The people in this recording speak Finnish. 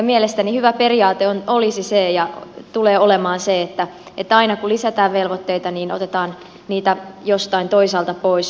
mielestäni hyvä periaate olisi se ja tulee olemaan se että aina kun lisätään velvoitteita niin otetaan niitä jostain toisaalta pois